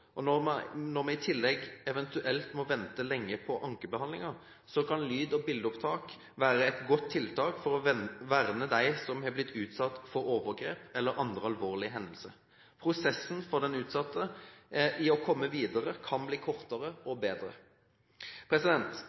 sår. Når man i tillegg eventuelt må vente lenge på ankebehandlingen, kan lyd- og bildeopptak være et godt tiltak for å verne dem som har blitt utsatt for overgrep eller andre alvorlige hendelser. Prosessen for den utsatte med å komme videre kan bli kortere og bedre.